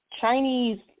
Chinese